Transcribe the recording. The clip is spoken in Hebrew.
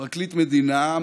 פרקליט מדינה,